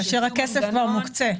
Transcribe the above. כאשר הכסף כבר מוקצה.